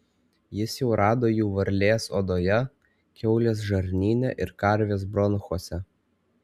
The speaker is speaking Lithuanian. jis jau rado jų varlės odoje kiaulės žarnyne ir karvės bronchuose